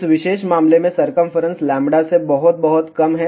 इस विशेष मामले में सरकमफेरेंस λ से बहुत बहुत कम है